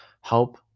help